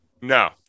No